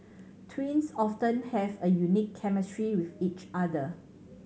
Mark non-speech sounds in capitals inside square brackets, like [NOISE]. twins [UNINTELLIGIBLE] have a unique chemistry with each other